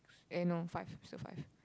eh no five still five